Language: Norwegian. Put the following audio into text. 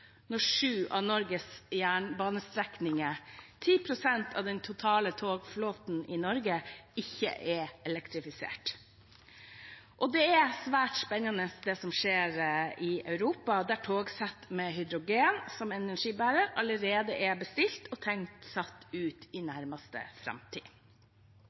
når sju av Norges jernbanestrekninger, 10 pst. av den totale togflåten i Norge, ikke er elektrifisert. Det er svært spennende det som skjer i Europa, der togsett med hydrogen som energibærer allerede er bestilt og tenkt satt ut i nærmeste framtid.